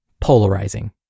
polarizing